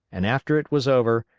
and, after it was over,